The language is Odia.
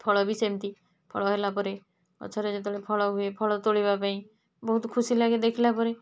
ଫଳ ବି ସେମିତି ଫଳ ହେଲାପରେ ଗଛରେ ଯେତେବେଳେ ଫଳ ହୁଏ ଫଳ ତୋଳିବା ପାଇଁ ବହୁତ ଖୁସି ଲାଗେ ଦେଖିଲା ପରେ